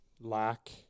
lack